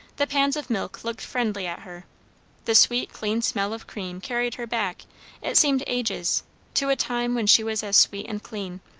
the pans of milk looked friendly at her the sweet clean smell of cream carried her back it seemed ages to a time when she was as sweet and clean.